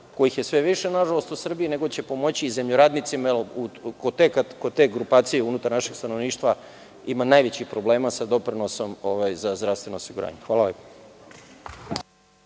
kojih je sve više, nažalost, u Srbiji, nego će pomoći i zemljoradnicima, jer kod te grupacije unutar našeg stanovništva ima najvećih problema sa doprinosom za zdravstveno osiguranje. Hvala lepo.